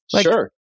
Sure